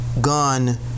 gun